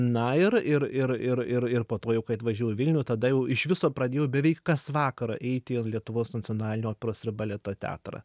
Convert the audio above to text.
na ir ir ir ir ir po to jau kai atvažiavau į vilnių tada iš viso pradėjau beveik kas vakarą eiti į lietuvos nacionalinį operos ir baleto teatrą